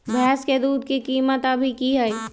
भैंस के दूध के कीमत अभी की हई?